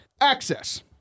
Access